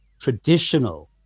traditional